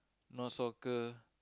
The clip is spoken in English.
not soccer